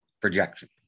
projection